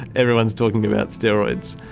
everyone is talking about steroids.